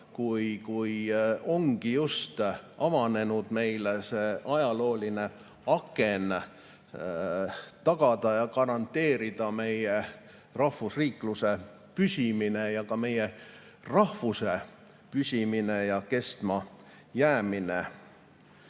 kui ongi just avanenud meile ajalooline aken, et tagada ja garanteerida meie rahvusriikluse püsimine ja ka meie rahvuse püsimine ja kestmajäämine.